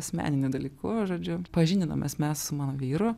asmeniniu dalyku žodžiu pažindinomės mes su mano vyru